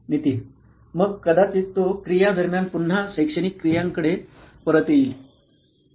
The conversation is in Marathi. नितीन मग कदाचित तो क्रिया दरम्यान पुन्हा शैक्षणीक क्रियांकडे परत येईल